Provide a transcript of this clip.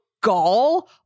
gall